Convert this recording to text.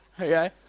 Okay